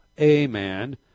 Amen